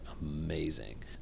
amazing